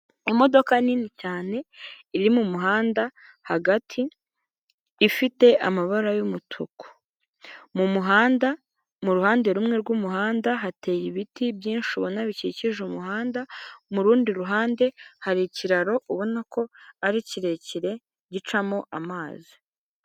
Imodoka nini cyane iri mu muhanda hagati, ifite amabara y'umutuku. Mu muhanda, mu ruhande rumwe rw'umuhanda hateye ibiti byinshi ubona bikikije umuhanda, mu rundi ruhande hari ikiraro ubona ko ari kirekire, gicamo amazi.